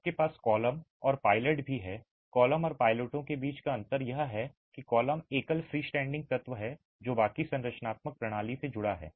आपके पास कॉलम और पायलट भी हैं कॉलम और पायलटों के बीच अंतर यह है कि कॉलम एक एकल फ्रीस्टैंडिंग तत्व है जो बाकी संरचनात्मक प्रणाली से जुड़ा है